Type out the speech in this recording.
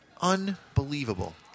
unbelievable